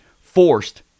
forced